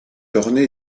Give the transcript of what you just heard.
ornée